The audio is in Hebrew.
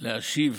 להשיב